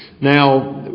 Now